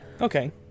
Okay